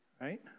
right